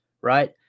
right